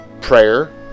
prayer